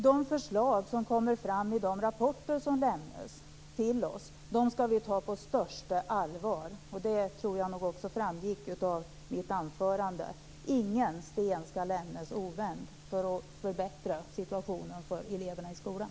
De förslag som kommer fram i de rapporter som lämnas till oss skall vi ta på största allvar. Det tror jag också framgick av mitt anförande. Ingen sten skall lämnas ovänd för att förbättra situationen för eleverna i skolan.